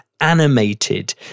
animated